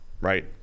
right